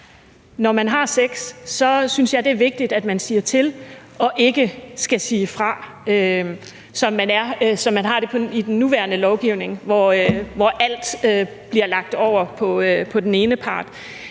når man har sex, synes jeg, det er vigtigt, at man siger til og ikke skal sige fra, som det er med den nuværende lovgivning, hvor alt bliver lagt over på den ene part.